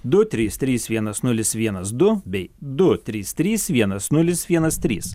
du trys trys vienas nulis vienas du bei du trys trys vienas nulis vienas trys